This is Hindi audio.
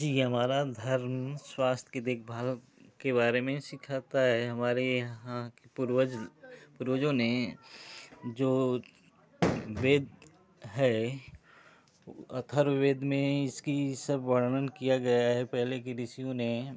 जी हमारा धर्म स्वास्थ्य की देखभाल के बारे में सिखाता है हमारे यहाँ के पूर्वज पूर्वजों ने जो वेद है अथर्ववेद में इसकी सब वर्णन किया गया है पहले की ऋषियों ने